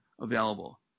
available